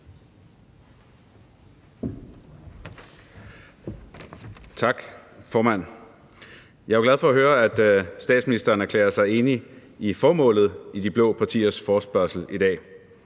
Tak, formand. Jeg er jo glad for at høre, at statsministeren erklærer sig enig i formålet med de blå partiers forespørgsel i dag,